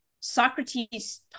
socrates